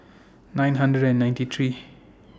nine hundred and ninety three